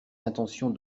intentions